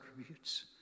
attributes